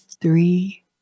three